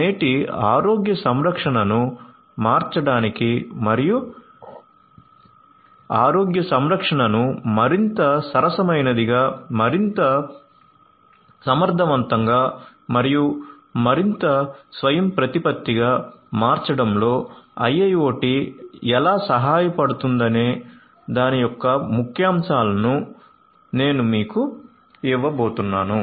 నేటి ఆరోగ్య సంరక్షణను మార్చడానికి మరియు ఆరోగ్య సంరక్షణను మరింత సరసమైనదిగా మరింత సమర్థవంతంగా మరియు మరింత స్వయంప్రతిపత్తిగా మార్చడంలో IIoT ఎలా సహాయపడుతుందనే దాని యొక్క ముఖ్యాంశాలను నేను మీకు ఇవ్వబోతున్నాను